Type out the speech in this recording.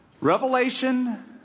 Revelation